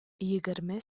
егерме